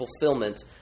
fulfillment